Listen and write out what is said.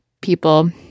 people